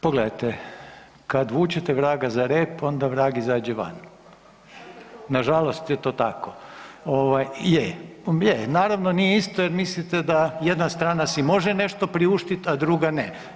Pogledajte, kad vučete vraga za rep onda vrag izađe van, nažalost je to tako. … [[Upadica iz klupe se ne razumije]] Ovaj, je, je, naravno nije isto jer mislite da jedna strana si može nešto priuštit, a druga ne.